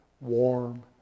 warm